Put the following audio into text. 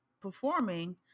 performing